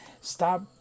Stop